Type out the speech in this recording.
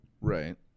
Right